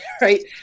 right